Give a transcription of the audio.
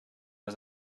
was